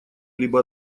либо